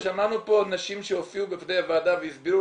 אנחנו שמענו פה על נשים שהופיעו בפני הוועדה והסבירו